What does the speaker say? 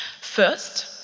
First